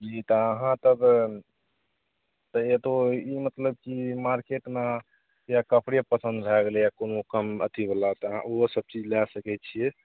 जी तऽ अहाँ तब तऽ एतहु ई मतलब कि मारकेटमे या कपड़े पसन्द भए गेलै या कोनो कम अथीवला तऽ अहाँ ओहो सबचीज लै सकै छिए